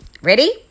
Ready